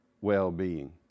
well-being